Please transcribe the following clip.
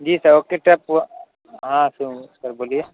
جی sir okay ہاں sir بولیے